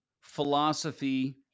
philosophy